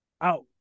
out